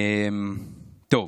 טוב,